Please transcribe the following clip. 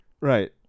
Right